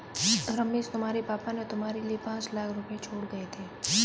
रमेश तुम्हारे पापा ने तुम्हारे लिए पांच लाख रुपए छोड़े गए थे